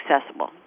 accessible